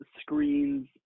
screens